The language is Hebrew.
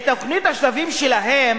תוכנית השלבים שלהם